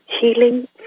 Healing